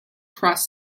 cross